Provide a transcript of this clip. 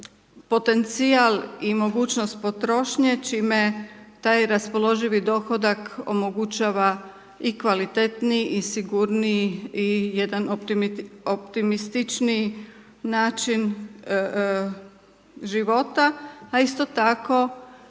potencijal i mogućnost potrošnje čime taj raspoloživi dohodak omogućava i kvalitetniji i sigurniji i jedan optimističniji način života, a isto tako